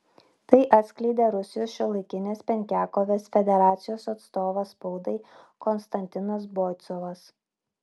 tai atskleidė rusijos šiuolaikinės penkiakovės federacijos atstovas spaudai konstantinas boicovas